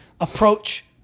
approach